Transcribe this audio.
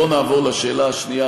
בואו נעבור לשאלה השנייה,